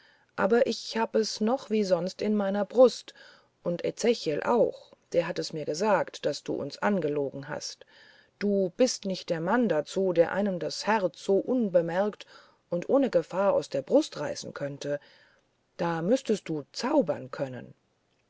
aber ich hab es noch wie sonst in meiner brust und ezechiel auch der hat es mir gesagt daß du uns angelogen hast du bist nicht der mann dazu der einem das herz so unbemerkt und ohne gefahr aus der brust reißen könnte da müßtest du zaubern können